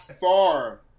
far